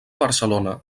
barcelona